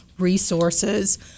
resources